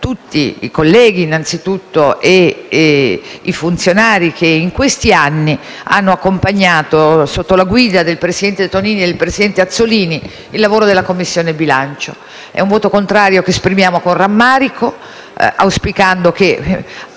tutti i colleghi e i funzionari che in questi anni hanno accompagnato, sotto la guida del presidente Tonini e del presidente Azzollini, il lavoro della Commissione bilancio. È un voto contrario che esprimiamo con rammarico, auspicando che,